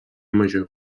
major